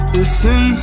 Listen